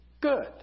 good